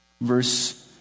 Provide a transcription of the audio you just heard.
Verse